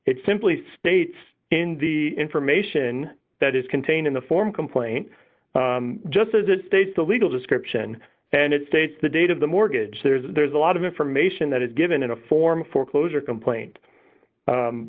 it simply states in the information that is contained in the form complaint just as it states the legal description and it states the date of the mortgage there's a lot of information that is given in the form foreclosure complaint